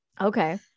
Okay